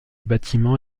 bâtiment